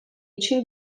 için